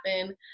happen